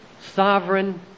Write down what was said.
sovereign